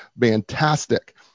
fantastic